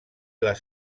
les